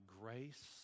grace